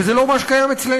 וזה לא מה שקיים אצלנו.